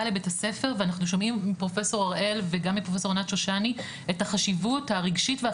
לבית הספר ואנחנו שומעים מפרופסור הראל וגם מפרופסור ענת שושני,